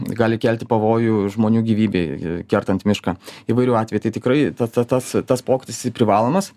gali kelti pavojų žmonių gyvybei kertant mišką įvairių atvejų tai tikrai ta ta tas pokytis jis privalomas